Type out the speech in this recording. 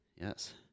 Yes